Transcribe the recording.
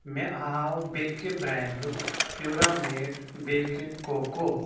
مےٚ آو بیٚکہِ برینڈُک پیوٗرامیٹ بیکِنٛگ کوکو